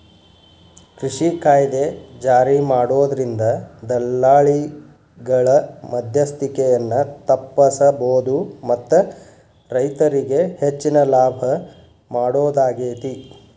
ಕೃಷಿ ಕಾಯ್ದೆ ಜಾರಿಮಾಡೋದ್ರಿಂದ ದಲ್ಲಾಳಿಗಳ ಮದ್ಯಸ್ತಿಕೆಯನ್ನ ತಪ್ಪಸಬೋದು ಮತ್ತ ರೈತರಿಗೆ ಹೆಚ್ಚಿನ ಲಾಭ ಮಾಡೋದಾಗೇತಿ